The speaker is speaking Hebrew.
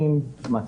למה?